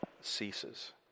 ceases